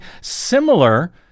similar